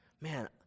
Man